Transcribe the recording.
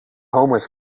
homeless